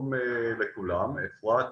לכולם ולאפרת,